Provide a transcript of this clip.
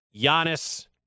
Giannis